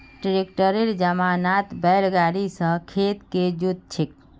ट्रैक्टरेर जमानात बैल गाड़ी स खेत के जोत छेक